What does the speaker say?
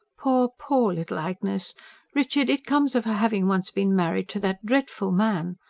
poor, poor little agnes richard, it comes of her having once been married to that dreadful man.